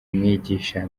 mwigisha